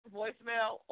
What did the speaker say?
voicemail